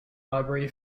library